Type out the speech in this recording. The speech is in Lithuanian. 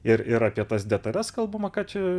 ir ir apie tas detales kalbama ką čia